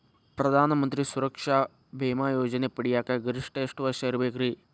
ಪ್ರಧಾನ ಮಂತ್ರಿ ಸುರಕ್ಷಾ ಭೇಮಾ ಯೋಜನೆ ಪಡಿಯಾಕ್ ಗರಿಷ್ಠ ಎಷ್ಟ ವರ್ಷ ಇರ್ಬೇಕ್ರಿ?